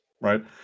right